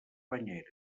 banyera